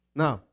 now